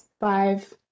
Five